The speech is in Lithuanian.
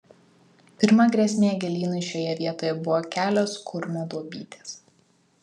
pirma grėsmė gėlynui šioje vietoje buvo kelios kurmio duobytės